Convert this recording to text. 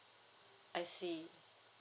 I see